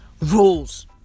rules